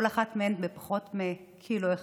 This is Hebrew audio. כל אחת מהן פחות מקילו אחד.